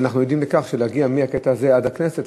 ואנחנו יודעים שבבוקר להגיע מהקטע הזה עד הכנסת,